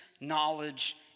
knowledge